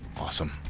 Awesome